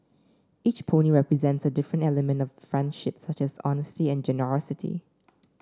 each pony represents a different element of friendship such as honesty and generosity